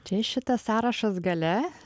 čia šitas sąrašas gale